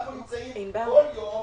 אנחנו נמצאים כל יום